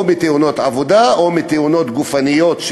מתאונות עבודה או מתאונות גופניות,